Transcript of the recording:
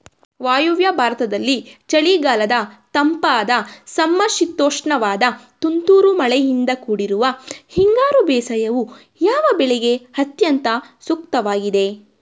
ವಾಯುವ್ಯ ಭಾರತದಲ್ಲಿ ಚಳಿಗಾಲದ ತಂಪಾದ ಸಮಶೀತೋಷ್ಣವಾದ ತುಂತುರು ಮಳೆಯಿಂದ ಕೂಡಿರುವ ಹಿಂಗಾರು ಬೇಸಾಯವು, ಯಾವ ಬೆಳೆಗೆ ಅತ್ಯಂತ ಸೂಕ್ತವಾಗಿದೆ?